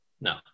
No